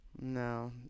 No